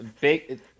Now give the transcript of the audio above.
Big